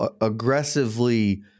aggressively